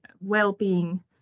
well-being